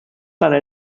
para